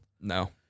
No